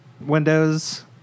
windows